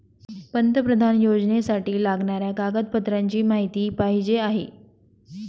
पंतप्रधान योजनेसाठी लागणाऱ्या कागदपत्रांची माहिती पाहिजे आहे